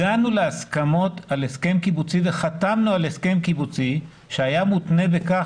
הגענו להסכמות על הסכם קיבוצי וחתמנו על הסכם קיבוצי שהיה מותנה בכך